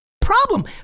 problem